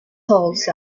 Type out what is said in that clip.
halls